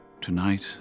Tonight